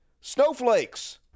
Snowflakes